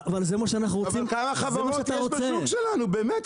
אבל כמה חברות יש בשוק שלנו באמת?